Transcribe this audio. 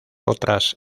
otras